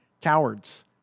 cowards